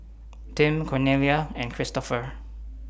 Tim Cornelia and Kristoffer